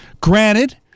granted